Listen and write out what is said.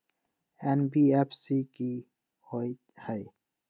NBFC कि होअ हई?